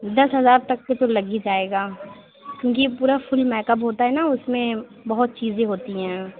دس ہزار تک کے تو لگ ہی جائے گا کیوں کہ پورا فل میک اپ ہوتا ہے نا اُس میں میں بہت چیزیں ہوتی ہیں